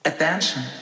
Attention